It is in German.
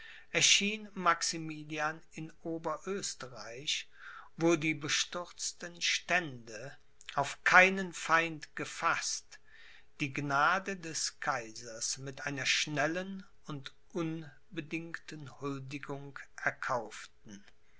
erschien maximilian in oberösterreich wo die bestürzten stände auf keinen feind gefaßt die gnade des kaisers mit einer schnellen und unbedingten huldigung erkauften